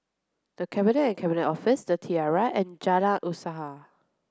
the Cabinet and Cabinet Office the Tiara and Jalan Usaha